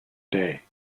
day